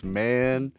man